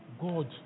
God